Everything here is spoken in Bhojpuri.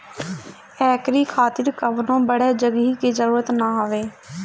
एकरी खातिर कवनो बड़ जगही के जरुरत ना हवे